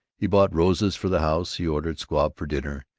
he bought roses for the house, he ordered squab for dinner,